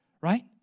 Right